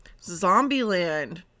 Zombieland